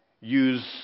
use